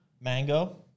mango